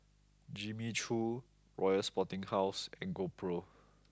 Jimmy Choo Royal Sporting House and GoPro